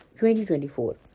2024